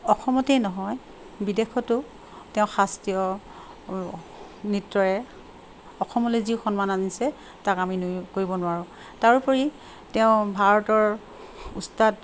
অসমতেই নহয় বিদেশতো তেওঁ শাস্ত্ৰীয় নৃত্যৰে অসমলৈ যি সন্মান আনিছে তাক আমি কৰিব নোৱাৰোঁ তাৰোপৰি তেওঁ ভাৰতৰ উস্তাদ